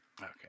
Okay